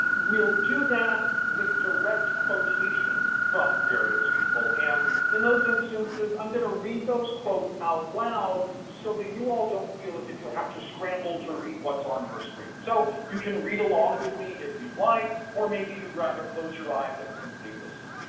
we'll do that with direct quotation from various people, and in those instances i'm going to read those quotes out loud so that you all don't feel as is you have to scramble to read what's on your screen. so you can read along with me if you'd like, or maybe you'd rather close your eyes and simply listen.